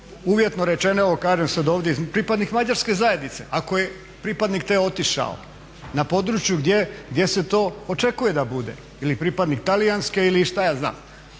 uvjetno rečeno kažem sad ovdje pripadnik mađarske zajednice ako je pripadnik te otišao na području gdje se to očekuje da bude ili pripadnik talijanske ili šta ja znam.